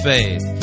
Faith